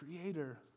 creator